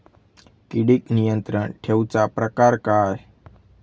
किडिक नियंत्रण ठेवुचा प्रकार काय?